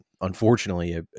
unfortunately